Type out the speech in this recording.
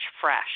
fresh